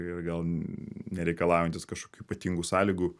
ir gal nereikalaujantys kažkokių ypatingų sąlygų